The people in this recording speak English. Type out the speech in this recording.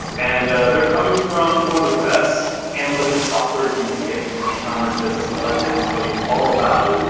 and they're coming from one of the best analytics softwares you can get for your e-commerce business. i'll let them tell you all about it.